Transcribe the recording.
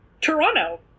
Toronto